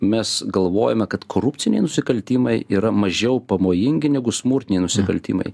mes galvojame kad korupciniai nusikaltimai yra mažiau pavojingi negu smurtiniai nusikaltimai